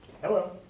Hello